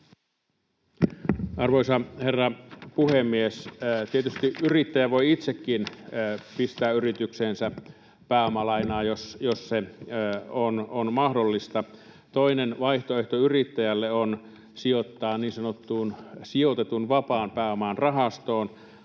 Arvoisa herra puhemies! Tietysti yrittäjä voi itsekin pistää yritykseensä pääomalainaa, jos se on mahdollista. Toinen vaihtoehto yrittäjälle on sijoittaa niin sanottuun sijoitetun vapaan pääoman rahastoon.